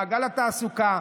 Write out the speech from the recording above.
למעגל התעסוקה.